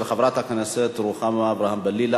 של חברת הכנסת רוחמה אברהם-בלילא,